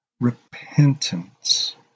repentance